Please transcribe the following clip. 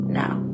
now